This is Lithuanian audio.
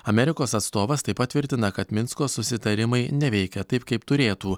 amerikos atstovas taip pat tvirtina kad minsko susitarimai neveikia taip kaip turėtų